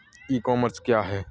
E commerce क्या है?